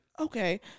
Okay